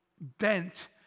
bent